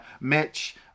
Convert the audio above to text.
Mitch